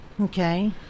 Okay